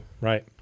Right